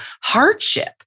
hardship